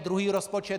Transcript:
Druhý rozpočet.